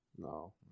No